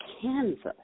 Kansas